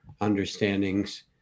understandings